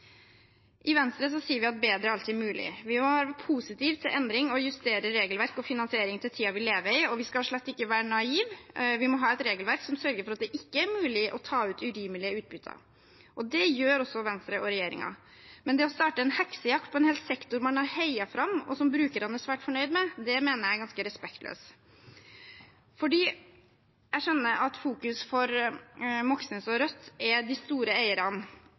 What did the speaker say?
I Venstre sier vi at bedre er alltid mulig. Vi må være positive til endringer og justere regelverk og finansiering til tida vi lever i, og vi skal slett ikke være naive. Vi må ha et regelverk som sørger for at det ikke er mulig å ta ut urimelige utbytter, og det gjør også Venstre og regjeringen. Men å starte en heksejakt på en hel sektor man har heiet fram, og som brukerne er svært fornøyd med, det mener jeg er ganske respektløst. Jeg skjønner at fokuset for Moxnes og Rødt ligger på de store eierne,